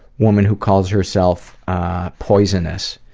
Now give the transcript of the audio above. woman who calls herself poisonous,